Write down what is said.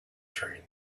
train